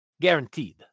Guaranteed